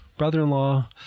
brother-in-law